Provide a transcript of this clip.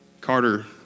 Carter